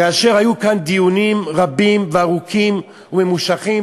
כאשר היו כאן דיונים רבים וארוכים וממושכים,